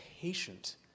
patient